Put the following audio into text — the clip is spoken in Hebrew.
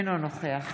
אינו נוכח